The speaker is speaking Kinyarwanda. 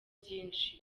byinshi